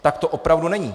Tak to opravdu není.